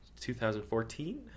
2014